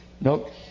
Nope